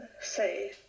say